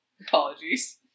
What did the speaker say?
Apologies